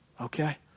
okay